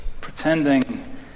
pretending